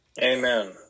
Amen